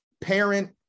parent